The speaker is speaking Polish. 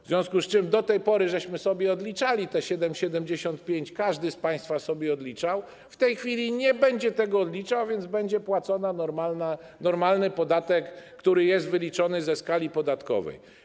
W związku z tym do tej pory żeśmy sobie odliczali te 7,75, każdy z państwa sobie odliczał, w tej chwili nie będzie tego odliczał, a więc będzie płacony normalny podatek, który jest wyliczony według skali podatkowej.